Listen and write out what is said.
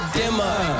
dimmer